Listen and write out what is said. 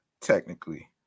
technically